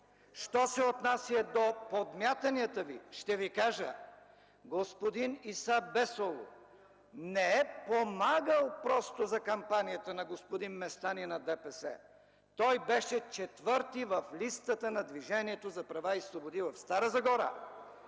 Що се отнася до подмятанията Ви, ще Ви кажа: господин Иса Бесоолу не е помагал просто за кампанията на господин Местан и на ДПС. Той беше четвърти в листата на Движението за права и свободи в Стара Загора